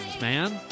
man